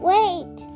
Wait